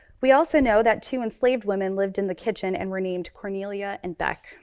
we also know that two enslaved women lived in the kitchen and were named cornelia and beck.